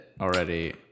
already